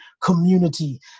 community